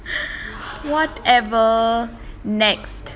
whatever next